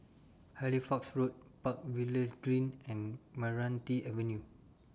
Halifax Road Park Villas Green and Meranti Avenue